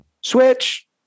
switch